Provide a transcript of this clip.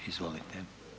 Izvolite.